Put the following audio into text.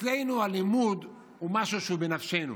אצלנו הלימוד הוא משהו שהוא בנפשנו,